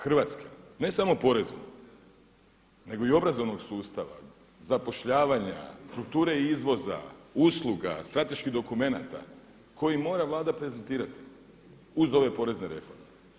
Hrvatska, ne samo poreznog, nego i obrazovnog sustava, zapošljavanja, strukture izvoza, usluga, strateških dokumenata koji mora Vlada prezentirati uz ove porezne reforme.